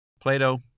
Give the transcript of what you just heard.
Plato